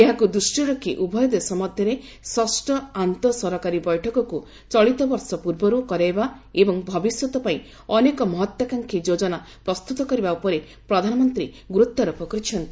ଏହାକୁ ଦୃଷ୍ଟିରେ ରଖି ଉଭୟ ଦେଶ ମଧ୍ୟରେ ଷଷ୍ଠ ଆନ୍ତଃସରକାରୀ ବୈଠକକୁ ଚଳିତବର୍ଷ ଆଗୁଆ କରାଇବା ଏବଂ ଭବିଷ୍ୟତ ପାଇଁ ଅନେକ ମହତ୍ତ୍ୱାକାଂକ୍ଷୀ ଯୋଜନା ପ୍ରସ୍ତୁତ କରିବା ଉପରେ ପ୍ରଧାନମନ୍ତ୍ରୀ ଗୁରୁତ୍ୱାରୋପ କରିଛନ୍ତି